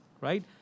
right